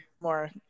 more